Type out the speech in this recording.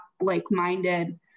like-minded